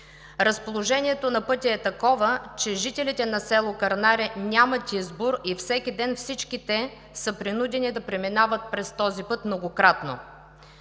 Разположението на пътя е такова, че жителите на село Кърнаре нямат избор и всеки ден всички те са принудени да преминават през този път многократно.